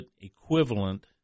equivalent